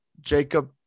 Jacob